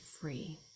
free